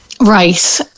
Right